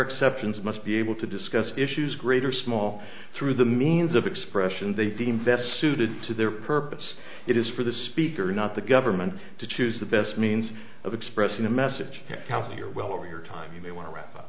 exceptions must be able to discuss issues great or small through the means of expression they deem best suited to their purpose it is for the speaker not the government to choose the best means of expressing the message count your well or your time you may want to r